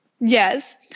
Yes